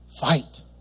fight